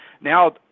now